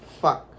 fuck